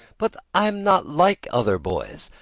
but i am not like other boys!